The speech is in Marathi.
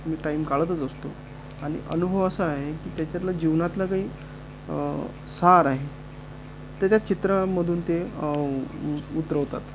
मी टाईम काढतच असतो आणि अनुभव असा आहे की त्याच्यातलं जीवनातलं काही सार आहे ते त्या चित्रामधून ते उ उतरवतात